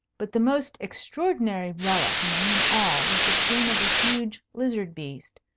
but the most extraordinary relic among them all was the skin of a huge lizard beast,